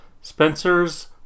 Spencer's